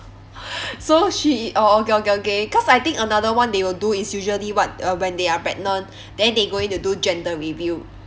so she orh okay okay okay cause I think another one they will do is usually what uh when they are pregnant then they going to do gender reveal